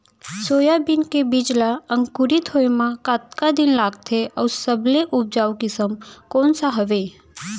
Soybean के बीज ला अंकुरित होय म कतका दिन लगथे, अऊ सबले उपजाऊ किसम कोन सा हवये?